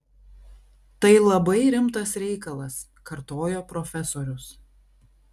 tai labai rimtas reikalas kartojo profesorius